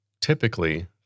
Typically